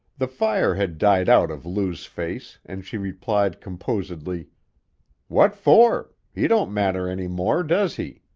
the fire had died out of lou's face and she replied composedly what for? he don't matter any more, does he?